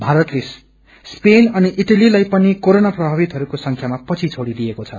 भारतले स्पेन अनि इट्तीलाई पनि कोरोना प्रभावितहरूको संख्यामा पछि छोड़िदिएको छ